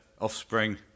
Offspring